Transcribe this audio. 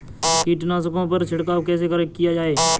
कीटनाशकों पर छिड़काव कैसे किया जाए?